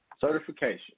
Certification